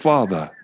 Father